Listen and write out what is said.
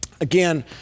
Again